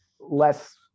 less